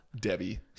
Debbie